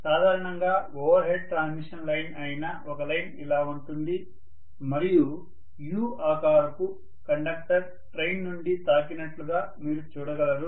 సాధారణంగా overhead transmission line అయిన ఒక లైన్ ఇలా ఉంటుంది మరియు U ఆకారపు కండక్టర్ ట్రైన్ నుండి తాకినట్లు మీరు చూడగలరు